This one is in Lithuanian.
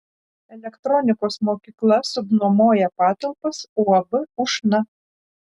elektronikos mokykla subnuomoja patalpas uab ušna